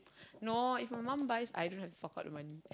no if my mum buys I don't have to fork out the money